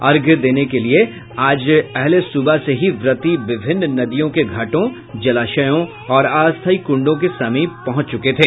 अर्घ्य देने के लिये आज अहले सुबह से ही व्रती विभिन्न नदियों के घाटों जलाशयों और अस्थायी कुंडों के समीप पहुंच चुके थे